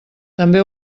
també